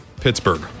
Pittsburgh